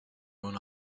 own